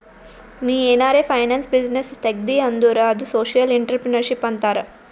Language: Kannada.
ನೀ ಏನಾರೆ ಫೈನಾನ್ಸ್ ಬಿಸಿನ್ನೆಸ್ ತೆಗ್ದಿ ಅಂದುರ್ ಅದು ಸೋಶಿಯಲ್ ಇಂಟ್ರಪ್ರಿನರ್ಶಿಪ್ ಅಂತಾರ್